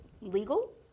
legal